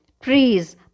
trees